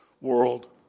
world